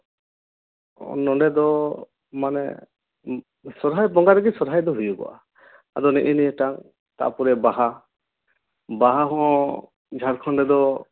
ᱱᱚᱰᱮ ᱫᱚ ᱢᱟᱱᱮ ᱥᱚᱨᱦᱟᱭ ᱵᱚᱸᱜᱟ ᱨᱮᱜᱮ ᱥᱚᱨᱦᱟᱭ ᱫᱚ ᱦᱩᱭᱩᱜᱚᱜᱼᱟ ᱟᱫᱚ ᱱᱮᱜᱼᱮ ᱱᱤᱭᱟᱹᱴᱟᱝ ᱛᱟᱯᱚᱨᱮ ᱵᱟᱦᱟ ᱵᱟᱦᱟ ᱦᱚᱸ ᱡᱷᱟᱲᱠᱷᱚᱸᱰ ᱨᱮᱫᱚ